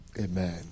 Amen